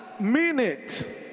minute